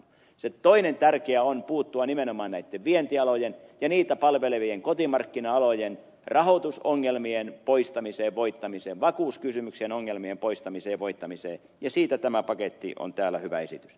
se toinen tärkeä on puuttua nimenomaan näitten vientialojen ja niitä palvelevien kotimarkkina alojen rahoitusongelmien poistamiseen ja voittamiseen vakuuskysymyksien ongelmien poistamiseen ja voittamiseen ja siitä tämä paketti on täällä hyvä esitys